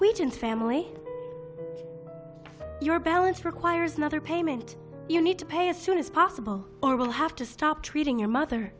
wheaton's family your balance requires nother payment you need to pay as soon as possible or will have to stop treating your mother